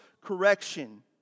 correction